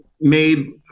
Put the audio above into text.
Made